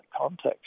context